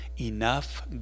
enough